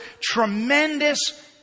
tremendous